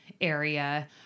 area